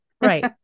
right